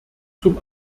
zum